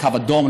קו אדום,